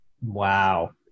Wow